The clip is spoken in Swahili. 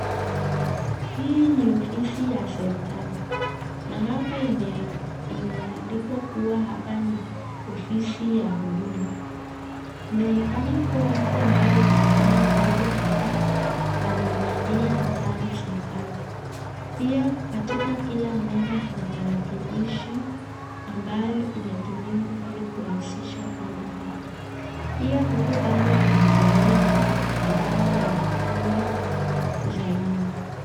Hii ni ofisi ya serikali na hapa imeandikwa kuwa hapa ni ofisi ya huduma. Inaonekana kuwa watu ambao wanafanya kazi hapa wamevalia sare za kazi. Pia, katika kila meza kuna tarakilishi ambayo inatumiwa ili kurahisisha kazi hapa. Pia huko kando kuna polisi ambao wanachunga usalama.